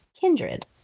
Kindred